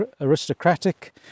aristocratic